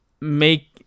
make